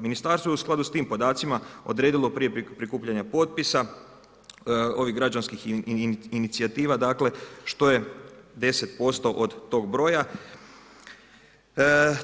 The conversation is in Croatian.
Ministarstvo je u skladu s tim podacima odredilo prije prikupljanja potpisa ovih građanskih inicijativa što je 10% od tog broja,